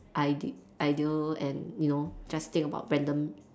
id~ idle and you know just think about random